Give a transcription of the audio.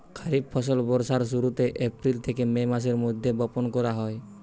খরিফ ফসল বর্ষার শুরুতে, এপ্রিল থেকে মে মাসের মধ্যে বপন করা হয়